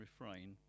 refrain